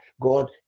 God